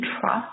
trust